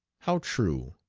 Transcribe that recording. how true!